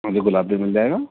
ہاں جی گلاب بھی مل جائے گا